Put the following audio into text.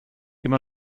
immer